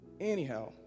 Anyhow